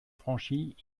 franchies